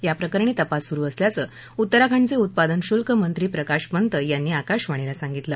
याप्रकरणी तपास सुरु असल्याचं उत्तराखंडचे उत्पादनशुल्क मंत्री प्रकाश पंत यांनी आकाशवाणीला सांगितलं